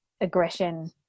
aggression